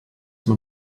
man